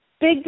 big